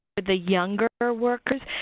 but the younger workers,